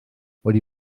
wedi